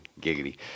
giggity